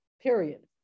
period